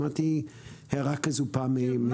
שמעתי הערה כזאת פעם.